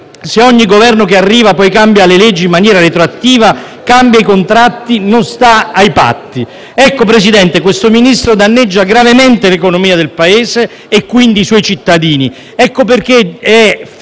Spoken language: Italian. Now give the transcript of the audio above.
se ogni Governo che arriva cambia le leggi retroattivamente e i contratti e non sta ai patti. Signor Presidente, questo Ministro danneggia gravemente l'economia del Paese e, quindi, i suoi cittadini.